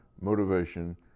motivation